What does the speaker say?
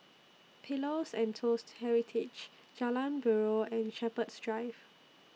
Pillows and Toast Heritage Jalan Buroh and Shepherds Drive